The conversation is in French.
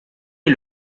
est